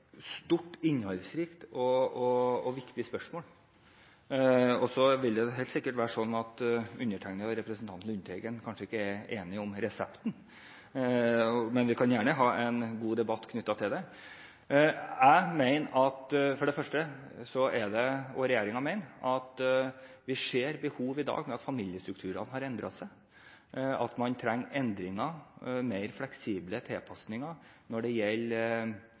stort, innholdsrikt og viktig spørsmål. Det vil helt sikkert være sånn at undertegnede og representanten Lundteigen kanskje ikke er enige om resepten, men vi kan gjerne ha en god debatt om det. Jeg mener for det første – og regjeringen mener – at fordi familiestrukturene har endret seg, ser man et behov for endringer, mer fleksible tilpasninger når det gjelder